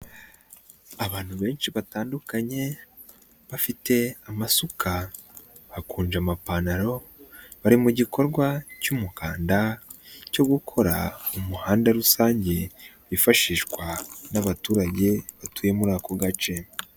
Abantu benshi batandukanye, bafite amasuka, bakunja amapantaro, bari mu gikorwa cy'umukanda cyo gukora umuhanda rusange wifashishwa n'abaturage batuye muri ako gace.